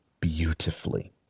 beautifully